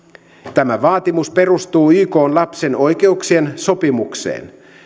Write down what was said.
tämä vaatimus perustuu ykn lapsen oikeuksien sopimukseen